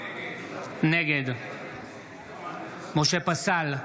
נגד משה פסל,